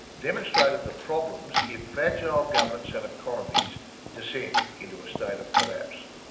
demonstrated the problems if fragile governments and economies descend into a state of collapse.